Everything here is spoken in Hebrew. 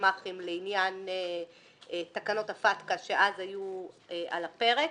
לגמ"חים בעניין תקנות הפטק"א שאז היו על הפרק.